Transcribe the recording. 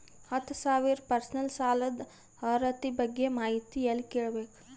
ಹತ್ತು ಸಾವಿರ ಪರ್ಸನಲ್ ಸಾಲದ ಅರ್ಹತಿ ಬಗ್ಗೆ ಮಾಹಿತಿ ಎಲ್ಲ ಕೇಳಬೇಕು?